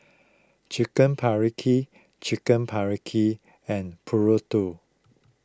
Chicken Paprikas Chicken Paprikas and Burrito